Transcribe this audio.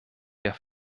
der